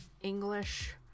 English